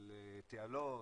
על תעלות,